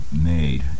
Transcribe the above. made